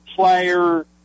player